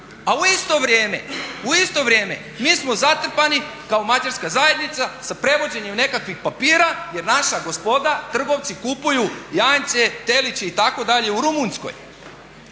u isto vrijeme mi smo zatrpani kao mađarska zajednica sa prevođenjem nekakvih papira jer naša gospoda, trgovci kupuju janjce, teliće itd., u Rumunjskoj.